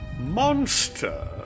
Monster